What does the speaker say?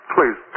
Please